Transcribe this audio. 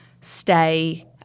stay